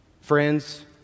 Friends